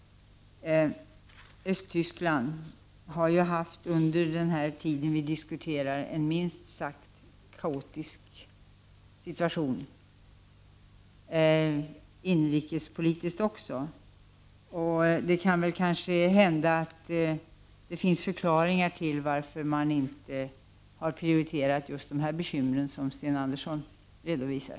Östtyskland har ju under den aktuella tiden haft en minst sagt kaotisk situation, även inrikespolitiskt. Det kan väl hända att det finns förklaringar till att man inte har prioriterat just de bekymmer som Sten Andersson redovisar.